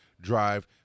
drive